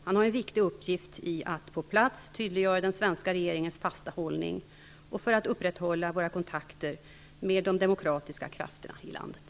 Han har en viktig uppgift i att på plats tydliggöra den svenska regeringens fasta hållning och upprätthålla våra kontakter med de demokratiska krafterna i landet.